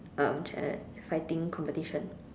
um challenge fighting competition